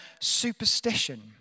superstition